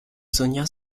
sonia